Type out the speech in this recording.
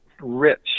rich